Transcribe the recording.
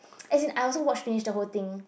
as in I also watched finish the whole thing